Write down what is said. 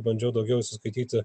bandžiau daugiau įsiskaityti